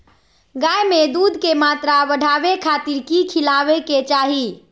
गाय में दूध के मात्रा बढ़ावे खातिर कि खिलावे के चाही?